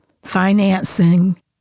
financing